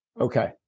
Okay